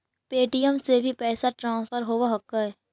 Paytm से भी पैसा ट्रांसफर होवहकै?